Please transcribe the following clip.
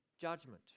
judgment